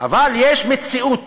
אבל יש מציאות,